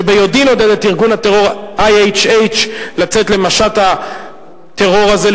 שביודעין עודד את ארגון הטרור IHH לצאת למשט הטרור הזה,